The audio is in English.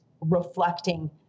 reflecting